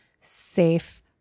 safe